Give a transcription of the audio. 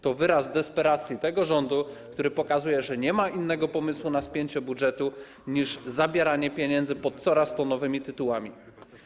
To wyraz desperacji tego rządu, który pokazuje, że nie ma innego pomysłu na spięcie budżetu niż zabieranie pieniędzy pod coraz to nowymi tytułami.